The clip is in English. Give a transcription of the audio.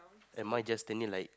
am I just standing like